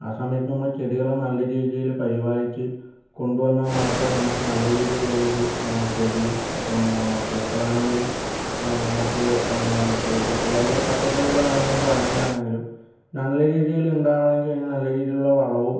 ആ സമയത്ത് നമ്മള് ചെടികളെ നല്ല രീതിയില് പരിപാലിച്ച് കൊണ്ടുവന്നാ മാത്രമേ നമക്ക് നല്ല രീതിയിലിള്ളോര് ചെടിയും പൂക്കളാണെങ്കിലും നമക്ക് പച്ചക്കറികളാണെങ്കിലും പഴങ്ങളാണെങ്കിലും നല്ല രീതിയില്ണ്ടാവാണെങ്കിൽ അയിന് നല്ല രീതിയിലുള്ള വളവും